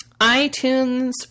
iTunes